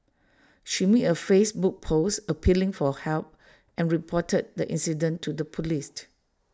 she made A Facebook post appealing for help and reported the incident to the Police